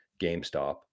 gamestop